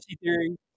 theory